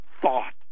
thought